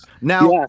Now